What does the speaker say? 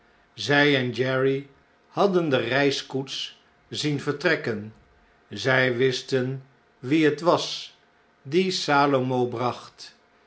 zjj en jerry hadden de reiskoets zien vertrekken zy wisten wie het was dien salomo bracht